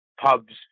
pubs